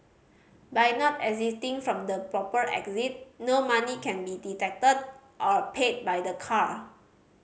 by not exiting from the proper exit no money can be deducted or paid by the car